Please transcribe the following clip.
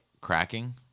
cracking